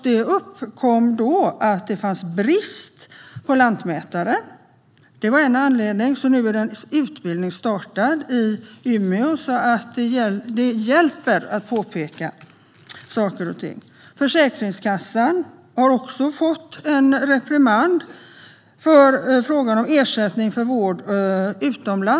Det kom fram att detta berodde på brist på lantmätare. Nu har dock en utbildning startats i Umeå. Det hjälper alltså att påpeka saker och ting. Försäkringskassan har också fått en reprimand vad gäller frågan om ersättning för vård utomlands.